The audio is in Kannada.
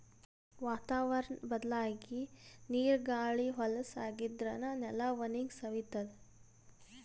ವಾತಾವರ್ಣ್ ಬದ್ಲಾಗಿ ನೀರ್ ಗಾಳಿ ಹೊಲಸ್ ಆಗಾದ್ರಿನ್ದ ನೆಲ ಒಣಗಿ ಸವಿತದ್